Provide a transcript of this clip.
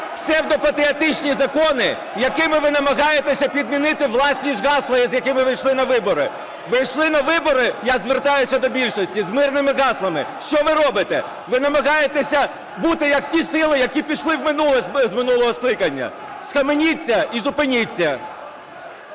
псевдопатріотичні закони, якими ви намагаєтеся підмінити власність гасла, з яким ви йшли на вибори. Ви йшли на вибори, я звертаюся до більшості, з мирними гаслами, що ви робите, ви намагаєтеся бути, як ті сили, які пішли в минуле з минулого скликання, схаменіться і зупиніться.